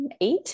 eight